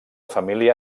família